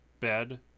bed